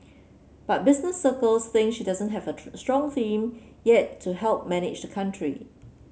but business circles think she doesn't have a strong team yet to help manage the country